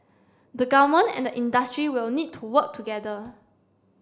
the government and the industry will need to work together